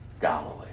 Galilee